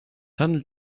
handelt